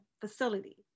facility